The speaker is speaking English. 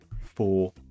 four